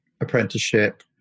apprenticeship